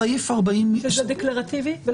שזה דקלרטיבי.